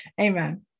Amen